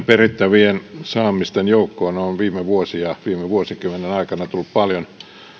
perittävien saamisten joukkoon on viime vuosien ja vuosikymmenien aikana tullut paljon